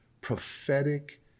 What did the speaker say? prophetic